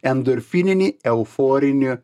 endorfininį euforinį